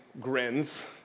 grins